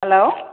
hello